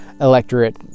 electorate